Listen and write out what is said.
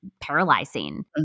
Paralyzing